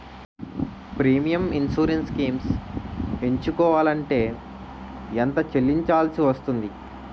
Premium insurance schemes ఎంచుకోవలంటే ఎంత చల్లించాల్సివస్తుంది??